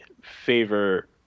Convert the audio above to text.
favor